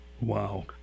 Wow